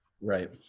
Right